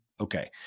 okay